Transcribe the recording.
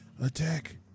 Attack